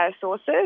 sources